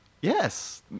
Yes